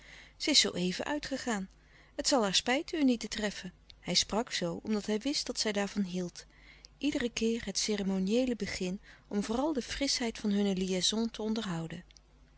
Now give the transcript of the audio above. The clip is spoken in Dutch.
ze is zoo even uitgegaan het zal haar spijten u niet te treffen hij sprak zoo omdat hij wist dat zij daarvan hield iederen keer het ceremonieele begin louis couperus de stille kracht om vooral de frischheid van hunne liaison te onderhouden